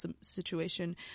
situation